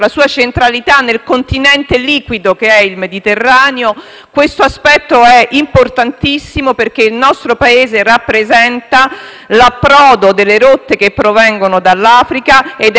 questo aspetto è importantissimo, perché il nostro Paese rappresenta l'approdo delle rotte che provengono dall'Africa ed è anche la porta di accesso al mondo occidentale.